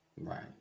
Right